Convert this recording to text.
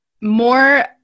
more